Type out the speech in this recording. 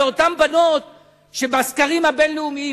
זה אותן בנות שבסקרים הבין-לאומיים,